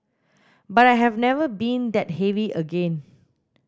but I have never been that heavy again